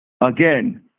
Again